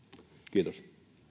kiitos